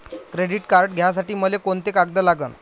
Credit card घ्यासाठी मले कोंते कागद लागन?